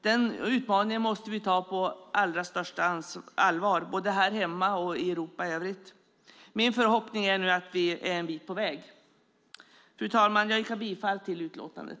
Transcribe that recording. Den utmaningen måste vi ta på allra största allvar både här hemma och i Europa i övrigt. Min förhoppning är nu att vi är en bit på väg. Fru talman! Jag yrkar bifall till utlåtandet.